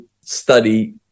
study